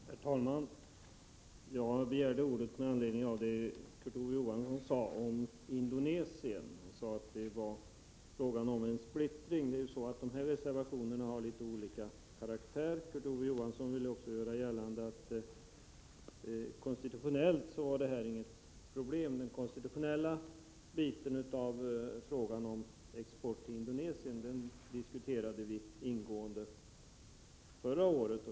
Herr talman! Jag begärde ordet med anledning av vad Kurt Ove Johansson sade om reservationerna när det gäller Indonesien, nämligen att det var fråga om en splittring. Nej, de här reservationerna har litet olika karaktär. Kurt Ove Johansson ville också göra gällande att den konstitutionella delen av frågan om export till Indonesien inte var något problem. Den diskuterade vi ingående förra året.